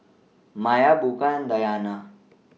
Maya Bunga Dayana